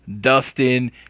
Dustin